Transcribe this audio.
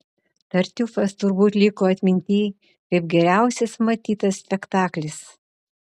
tartiufas turbūt liko atmintyj kaip geriausias matytas spektaklis